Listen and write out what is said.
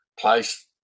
place